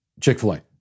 Chick-fil-A